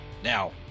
Now